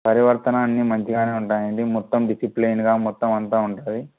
పరివర్తనాన్ని మంచిగానే ఉంటాయండి మొత్తం డిసిప్లిన్డ్గా మొత్తం అంతా ఉంటుంది